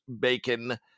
bacon